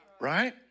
right